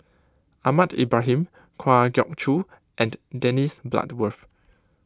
Ahmad Ibrahim Kwa Geok Choo and Dennis Bloodworth